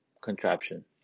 contraption